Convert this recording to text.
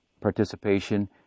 participation